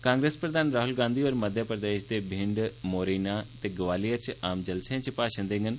कांग्रेस प्रधान राहुल गांधी होर मध्य प्रदेश दे भिंड मोरेना ते ग्वालियर च आम जलसें च भाषण देंडन